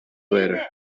letter